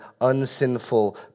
unsinful